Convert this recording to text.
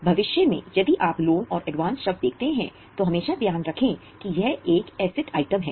भविष्य में यदि आप लोन और एडवांस शब्द देखते हैं तो हमेशा ध्यान रखें कि यह एक एसेट आइटम है